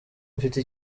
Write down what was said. mfite